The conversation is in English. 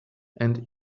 and